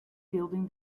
building